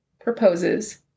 proposes